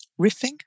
riffing